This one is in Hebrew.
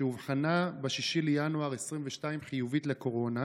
שאובחנה ב-6 בינואר 2022 כחיובית לקורונה: